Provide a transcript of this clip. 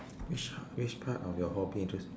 which uh which part of your hobby interest